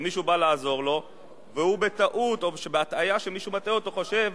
מישהו בא לעזור לו והוא בטעות או בהטעיה שמישהו מטעה אותו חושב